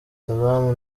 salaam